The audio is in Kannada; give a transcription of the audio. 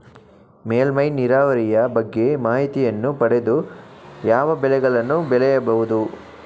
ಮೇಲ್ಮೈ ನೀರಾವರಿಯ ಬಗ್ಗೆ ಮಾಹಿತಿಯನ್ನು ಪಡೆದು ಯಾವ ಬೆಳೆಗಳನ್ನು ಬೆಳೆಯಬಹುದು?